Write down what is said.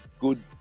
good